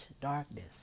darkness